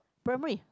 primary